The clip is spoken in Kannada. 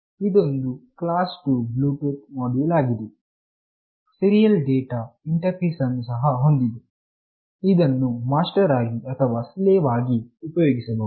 ಇದೊಂದು ಕ್ಲಾಸ್ 2 ಬ್ಲೂ ಟೂತ್ ಮೊಡ್ಯುಲ್ ಆಗಿದೆ ಸೀರಿಯಲ್ ಡೇಟಾ ಇಂಟರ್ಫೇಸ್ ಅನ್ನು ಸಹ ಹೊಂದಿದೆ ಇದನ್ನು ಮಾಸ್ಟರ್ ಆಗಿ ಅಥವಾ ಸ್ಲೇವ್ ಆಗಿ ಉಪಯೋಗಿಸಬಹುದು